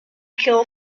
kill